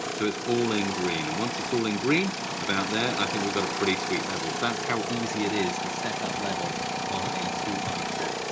so it's all in green. and once it's all in green about there, i think we got a pretty sweet level. that's how easy it is to set up level on a two i two.